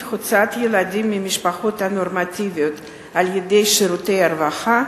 הוצאת ילדים ממשפחות נורמטיביות על-ידי שירותי הרווחה,